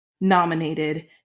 nominated